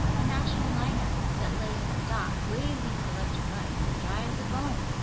a national liner, that lay in her dock, blazing with electric lights, and dry as a bone.